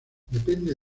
depende